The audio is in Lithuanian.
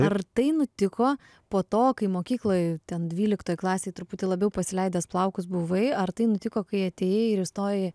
ar tai nutiko po to kai mokykloj ten dvyliktoj klasėj truputį labiau pasileidęs plaukus buvai ar tai nutiko kai atėjai ir įstojai